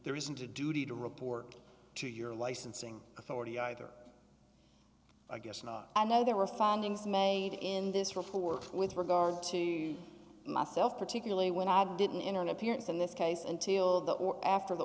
there isn't a duty to report to your licensing authority either i guess not i know there were findings made in this report with regard to myself particularly when i didn't in an appearance in this case until the or after the